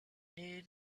knew